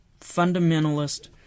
fundamentalist